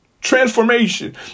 transformation